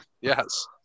Yes